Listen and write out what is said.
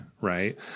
right